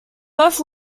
both